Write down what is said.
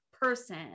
person